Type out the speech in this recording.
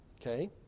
Okay